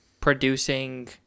producing